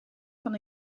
van